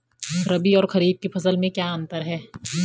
रबी और खरीफ की फसल में क्या अंतर है?